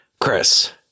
chris